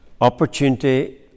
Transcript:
opportunity